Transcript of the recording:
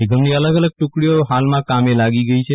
નિગમની અલગ અલગ ટુકડીઓ હાલમા કામે લાગી ગઈ છે